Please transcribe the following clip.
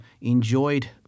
enjoyed